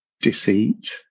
deceit